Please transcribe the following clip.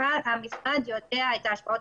המשרד יודע את ההשפעות